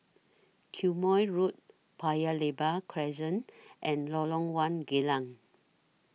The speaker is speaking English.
Quemoy Road Paya Lebar Crescent and Lorong one Geylang